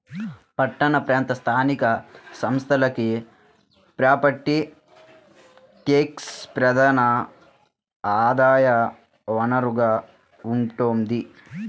పట్టణ ప్రాంత స్థానిక సంస్థలకి ప్రాపర్టీ ట్యాక్సే ప్రధాన ఆదాయ వనరుగా ఉంటోంది